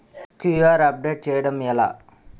QR update చేయడం ఎలా?